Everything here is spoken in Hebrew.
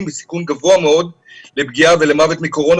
בסיכון גבוה מאוד לפגיעה ולמוות מקורונה.